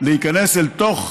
להיכנס אל תוך